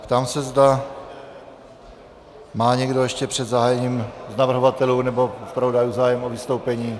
Ptám se, zda má někdo ještě před zahájením z navrhovatelů zájem o vystoupení.